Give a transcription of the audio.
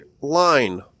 line